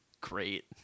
great